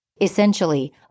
Essentially